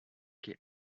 que